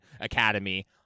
Academy